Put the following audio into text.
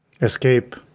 Escape